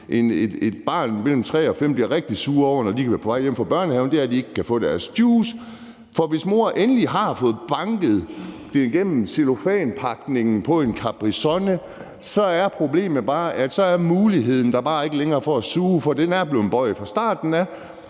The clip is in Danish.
tre og fem år bliver rigtig sure over på vej hjem fra børnehaven, så er det, at de ikke kan få deres juice. For hvis mor endelig har fået det banket igennem cellofanpakningen på en Capri-Sun, er problemet, at så er muligheden for at suge der bare ikke længere, fordi det er blevet bøjet fra starten af.